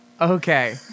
Okay